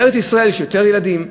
בארץ-ישראל יש יותר ילדים,